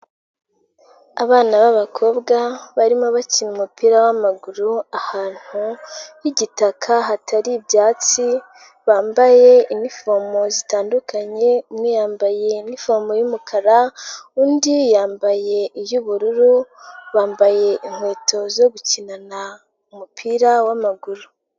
Abana b'abakobwa barimo bakina umupira w'amaguru, ahantu h'igitaka hatari ibyatsi, bambaye infomo zitandukanye, umwe yambaye inifomu y'umukara, undi yambaye iy'ubururu, bambaye inkweto zo gukinana umupira w'amaguru.